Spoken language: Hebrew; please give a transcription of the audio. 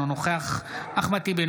אינו נוכח אחמד טיבי,